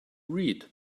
read